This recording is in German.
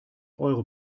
eure